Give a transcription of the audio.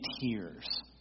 tears